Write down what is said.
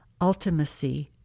ultimacy